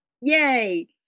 Yay